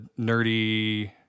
nerdy